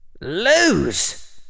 Lose